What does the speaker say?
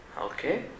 Okay